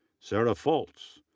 sara fultz,